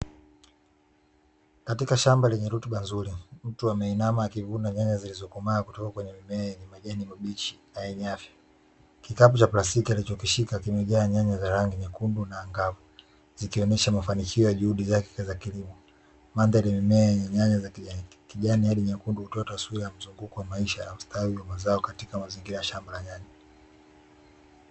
Katika shamba lenye rutuba nzuri mtu ameinama akivuna nyanya zilizokomaa kutoka kwenye mimea yenye majani mabichi na yenye afya, kikapu cha plastiki alichokishika kimejaa nyanya za rangi nyekundu na angavu zikionyesha mafanikio ya juhudi zake za kilimo, mandhari ya mimea yenye nyanya za kijani hadi nyekundu hutoa taswira ya mzunguko wa maisha ya ustawi wa mazao katika mazingira ya shamba la nyanya.